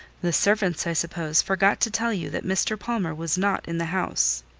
the servants, i suppose, forgot to tell you that mr. palmer was not in the house.